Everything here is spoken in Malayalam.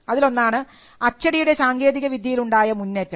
അതിലൊന്നാണ് അച്ചടിയുടെ സങ്കേതിക വിദ്യയിൽ ഉണ്ടായ മുന്നേറ്റം